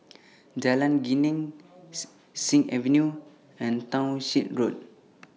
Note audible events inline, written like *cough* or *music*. Jalan Geneng *noise* Sing Avenue and Townshend Road